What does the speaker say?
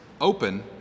open